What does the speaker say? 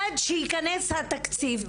עד שייכנס התקציב.